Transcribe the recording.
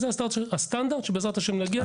וזה הסטנדרט שבעזרת השם נגיע אליו.